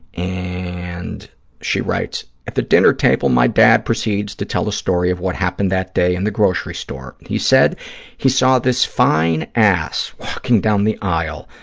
and she writes, at the dinner table my dad proceeds to tell a story of what happened that day in the grocery store. and he said he saw this fine ass walking down the aisle,